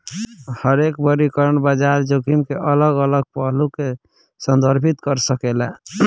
हरेक वर्गीकरण बाजार जोखिम के अलग अलग पहलू के संदर्भित कर सकेला